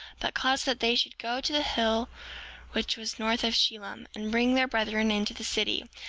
but caused that they should go to the hill which was north of shilom, and bring their brethren into the city,